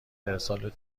ارسال